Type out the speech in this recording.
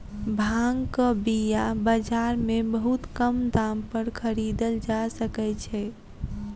भांगक बीया बाजार में बहुत कम दाम पर खरीदल जा सकै छै